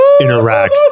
interact